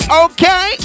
okay